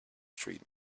street